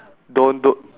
don't don't